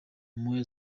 moya